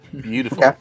Beautiful